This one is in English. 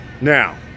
now